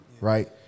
right